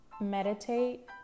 Meditate